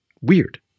weird